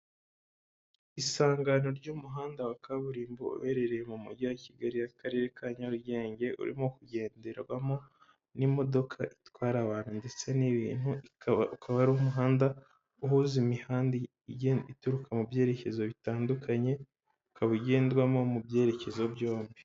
Isangano ry'umuhanda wa kaburimbo uherereye mu mujyi wa kigali , Akarere ka nyarugenge , urimo kugenderwamo n'imodoka itwara abantu ndetse n'ibintu, ikaba ukaba ari umuhanda uhuza imihanda ituruka mu byerekezo bitandukanye ukaba ugendwamo mu byerekezo byombi.